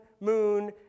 moon